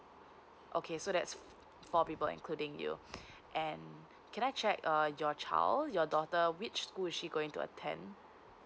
okay so that's four people including you and can I check uh your child your daughter which school is she going to attend